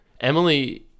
Emily